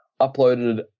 uploaded